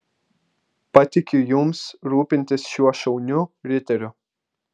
patikiu jums rūpintis šiuo šauniu riteriu